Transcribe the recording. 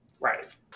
Right